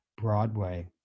Broadway